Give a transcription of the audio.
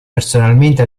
personalmente